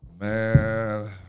Man